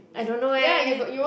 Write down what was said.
I don't know eh